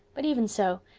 but even so,